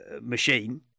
machine